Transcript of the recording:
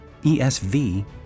ESV